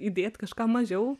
įdėt kažką mažiau